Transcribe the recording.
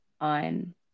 on